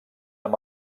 amb